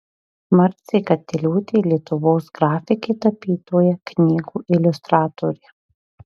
marcė katiliūtė lietuvos grafikė tapytoja knygų iliustratorė